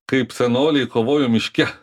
kaip senoliai kovojo miške